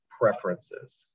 preferences